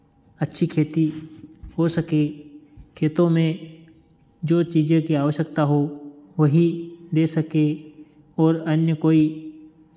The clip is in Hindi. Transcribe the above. अच्छी खेती हो सके खेतों में जो चीज़ों की आवश्यकता हो वही दे सके ओर अन्य कोई